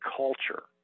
culture